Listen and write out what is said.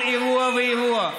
כל אירוע ואירוע.